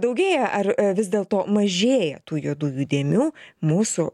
daugėja ar vis dėlto mažėja tų juodųjų dėmių mūsų